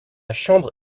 chambre